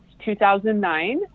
2009